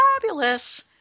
fabulous